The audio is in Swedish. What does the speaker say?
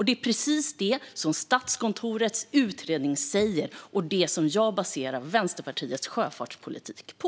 Det är precis det som Statskontorets utredning säger, och det är det som jag baserar Vänsterpartiets sjöfartspolitik på.